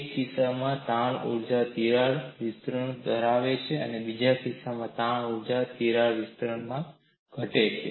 એક કિસ્સામાં તાણ ઊર્જા તિરાડ વિસ્તરણ દ્વારા વધે છે બીજા કિસ્સામાં તાણ ઊર્જા તિરાડ વિસ્તરણ દ્વારા ઘટે છે